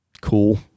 cool